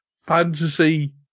fantasy